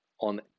on